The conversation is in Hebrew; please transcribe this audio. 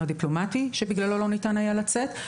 הדיפלומטי בגללו לא ניתן היה לצאת.